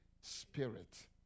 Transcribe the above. Spirit